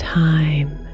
time